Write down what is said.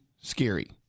Scary